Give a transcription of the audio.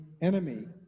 enemy